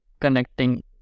connecting